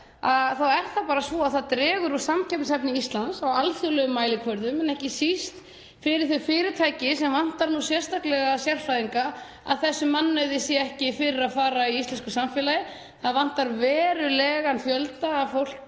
þá er það bara svo að þarna dregur úr samkeppnishæfni Íslands á alþjóðlegan mælikvarða en ekki síst er bagalegt fyrir þau fyrirtæki sem vantar sérstaklega sérfræðinga að þessum mannauði sé ekki fyrir að fara í íslensku samfélagi. Það vantar verulegan fjölda fólks